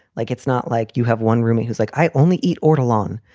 like it's not like you have one roomie who's like, i only eat ortolan.